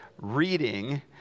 Reading